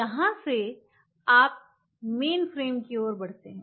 यहां से आप मेनफ्रेम की ओर बढ़ते हैं